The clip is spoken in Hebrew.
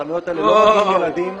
לחנויות האלה לא באים ילדים.